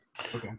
Okay